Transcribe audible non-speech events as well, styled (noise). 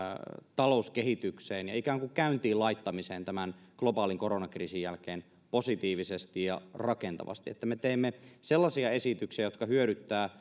talouskehitykseen ja ikään kuin käyntiin laittamiseen tämän globaalin koronakriisin jälkeen positiivisesti ja rakentavasti että me teemme sellaisia esityksiä jotka hyödyttävät (unintelligible)